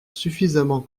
suffisamment